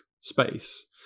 space